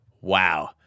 Wow